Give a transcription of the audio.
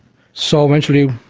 so eventually,